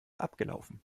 abgelaufen